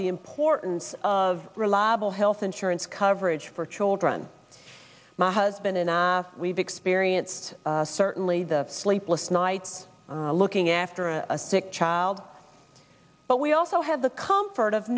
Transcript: the importance of reliable health insurance coverage for children my husband and i we've experienced certainly the sleepless nights looking after a sick child but we also have the comfort of